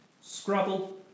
Scrabble